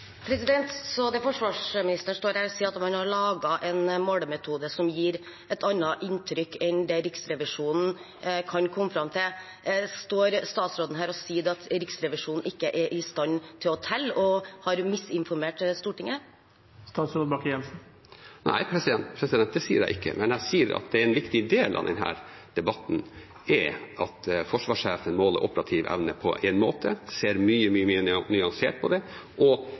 det forsvarsministeren står og sier, er at man har laget en målemetode som gir et annet inntrykk enn det Riksrevisjonen kan komme fram til. Står statsråden her og sier at Riksrevisjonen ikke er i stand til å telle og har misinformert Stortinget? Nei, det sier jeg ikke, men jeg sier at en viktig del av denne debatten er at forsvarssjefen måler operativ evne på én måte, ser mye mer nyansert og mer helthetlig på det. HV-sjefen gjør også det. Målemetoden Riksrevisjonen brukte når det gjelder beredskapsklare områder, er å gå ned på områdenivå og